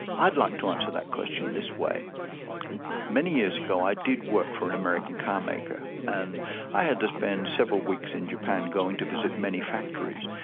i'd like to answer that question this way many years ago, i did work for an american car maker, and i had to spend several weeks in japan going to visit many factories.